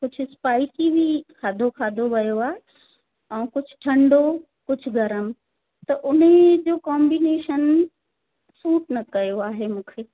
कुझु स्पाईसी बि खाधो खाधो वियो आहे ऐं कुझु ठंडो कुझु गरम त उन्ही जो कॉम्बिनेशन सूट न कयो आहे मूंखे